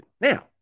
now